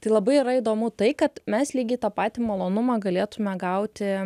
tai labai yra įdomu tai kad mes lygiai tą patį malonumą galėtume gauti